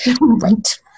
Right